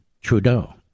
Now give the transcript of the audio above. Trudeau